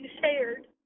shared